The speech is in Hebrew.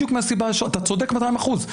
אתה צודק במאתיים אחוזים.